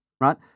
right